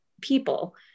people